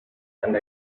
and